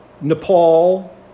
Nepal